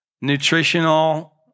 nutritional